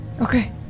Okay